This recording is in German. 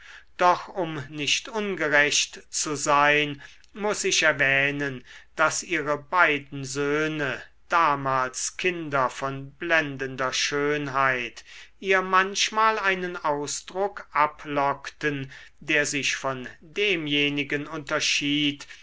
doch um nicht ungerecht zu sein muß ich erwähnen daß ihre beiden söhne damals kinder von blendender schönheit ihr manchmal einen ausdruck ablockten der sich von demjenigen unterschied